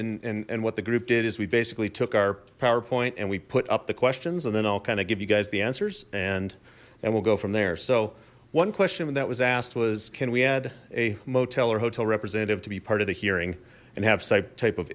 and and and what the group did is we basically took our powerpoint and we put up the questions and then i'll kind of give you guys the answers and and we'll go from there so one question that was asked was can we add a motel or hotel representative to be part of the hearing and have site type of